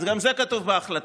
גם זה כתוב בהחלטה: